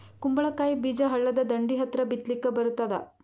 ಕುಂಬಳಕಾಯಿ ಬೀಜ ಹಳ್ಳದ ದಂಡಿ ಹತ್ರಾ ಬಿತ್ಲಿಕ ಬರತಾದ?